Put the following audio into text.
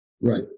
Right